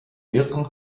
mehreren